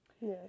yes